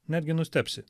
netgi nustebsi